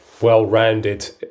well-rounded